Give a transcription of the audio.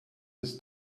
bis